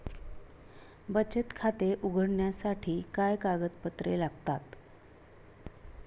बचत खाते उघडण्यासाठी काय कागदपत्रे लागतात?